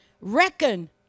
Reckon